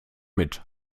mit